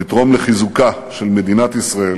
לתרום לחיזוקה של מדינת ישראל